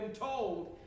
told